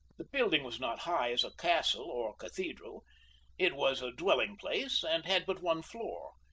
the building was not high as a castle or cathedral it was a dwelling-place, and had but one floor,